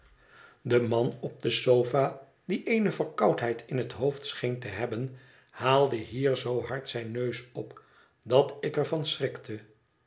de man op de sofa die eene verkoudheid in het hoofd scheen te hebben haalde hier zoo hard zijn neus op dat ik er van schrikte